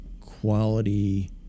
quality